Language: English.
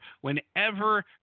Whenever